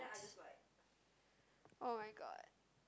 oh-my-god